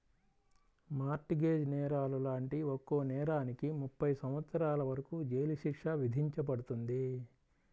mart gauge నేరాలు లాంటి ఒక్కో నేరానికి ముప్పై సంవత్సరాల వరకు జైలు శిక్ష విధించబడుతుంది